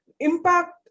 impact